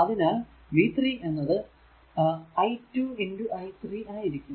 അതിനാൽ v3 എന്നത് 12 i3 ആയിരിക്കും